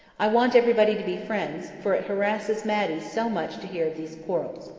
i want everybody to be friends, for it harasses matty so much to hear of these quarrels.